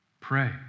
Pray